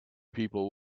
people